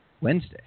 Wednesday